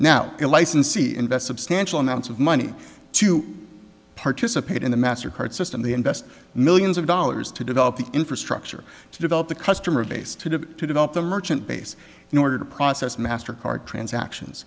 now licensee invest substantial amounts of money to participate in the master card system they invest millions of dollars to develop the infrastructure to develop the customer base to develop the merchant base in order to process master card transactions